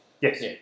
Yes